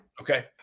Okay